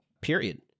period